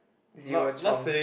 zero chance